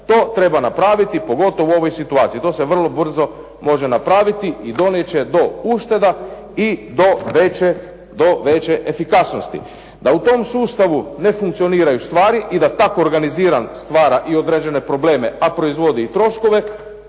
To treba napraviti pogotovo u ovoj situaciji. To se vrlo brzo može napraviti i donijet će do ušteda i do veće efikasnosti. Da u tom sustavu ne funkcioniraju stvari i da tako organiziran stvara i određene probleme a proizvodi i troškove